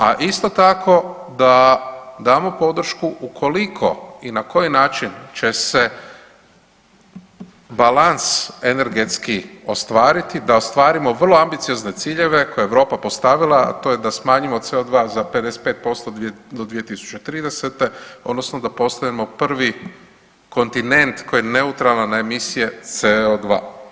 A isto tako da damo podršku ukoliko i na koji način će se balans energetski ostvariti da ostvarimo vrlo ambiciozne ciljeve koje je Europa postavila, a to je da smanjimo CO2 za 55% do 2030. odnosno da postanemo prvi kontinent koji je neutralan na emisije CO2.